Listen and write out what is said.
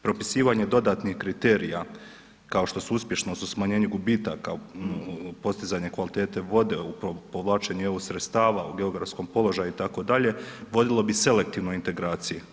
Propisivanje dodatnih kriterija kao što su uspješnost u smanjenju gubitaka postizanja kvalitete vode u povlačenju EU sredstava u geografskom položaju itd. vodilo bi selektivno integracije.